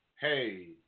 hey